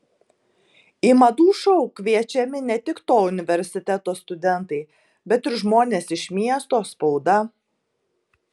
į madų šou kviečiami ne tik to universiteto studentai bet ir žmonės iš miesto spauda